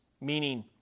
meaning